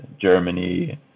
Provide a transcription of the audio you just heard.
Germany